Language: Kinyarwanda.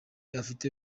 afite